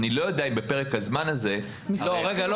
אני לא יודע אם בפרק הזמן הזה --- יש מאגר.